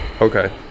okay